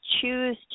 choose